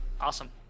Awesome